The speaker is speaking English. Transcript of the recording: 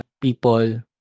people